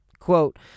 Quote